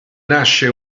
nasce